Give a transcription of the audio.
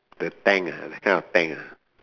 the tent ah that kind of tent ah